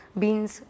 beans